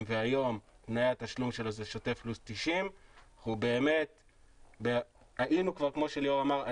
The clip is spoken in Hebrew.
והיום תנאי התשלום שלו זה שוטף פלוס 90. כמו שליאור אמר,